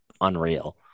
unreal